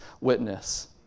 witness